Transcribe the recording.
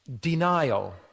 denial